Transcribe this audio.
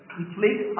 Complete